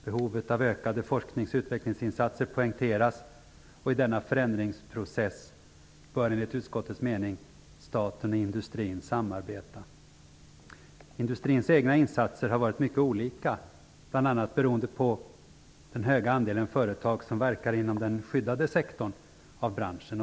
Behovet av ökade forsknings och utvecklingsinsatser poängteras, och i denna förändringsprocess bör enligt utskottets mening staten och industrin samarbeta. Industrins egna insatser har varit mycket olika, bl.a. beroende på den höga andelen företag som verkar inom den skyddade sektorn av branschen.